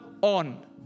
on